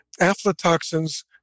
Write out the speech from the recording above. aflatoxins